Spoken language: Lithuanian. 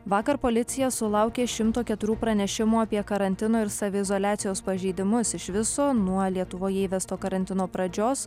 vakar policija sulaukė šimto keturių pranešimų apie karantino ir saviizoliacijos pažeidimus iš viso nuo lietuvoje įvesto karantino pradžios